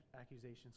accusations